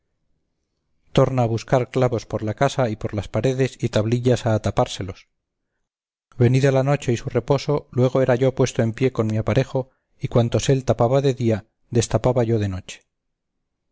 torna a buscar clavos por la casa y por las paredes y tablillas a atapárselos venida la noche y su reposo luego era yo puesto en pie con mi aparejo y cuantos él tapaba de día destapaba yo de noche